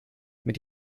mit